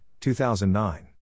2009